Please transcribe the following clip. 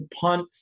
punt